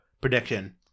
prediction